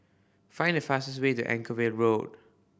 find the fastest way to Anchorvale Road